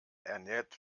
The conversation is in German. ernährt